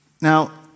Now